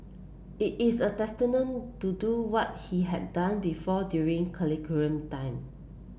it is a to do what he had done before during curriculum time